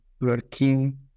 working